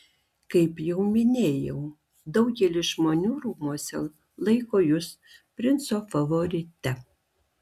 kaip jau minėjau daugelis žmonių rūmuose laiko jus princo favorite